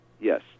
Yes